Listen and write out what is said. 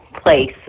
place